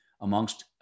amongst